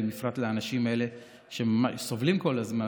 בפרט לאנשים האלה שסובלים כל הזמן,